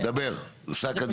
ואני מדבר כבעל עסק,